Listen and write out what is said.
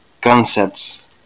concepts